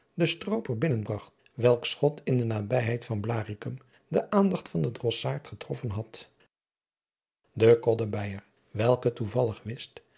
den strooper binnen bragt welks schot in de nabijheid van blaricum de aandacht van den drossaard getroffen had de koddebeijer welke toevallig wist